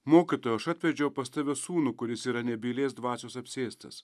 mokytojau aš atvedžiau pas tave sūnų kuris yra nebylės dvasios apsėstas